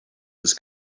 his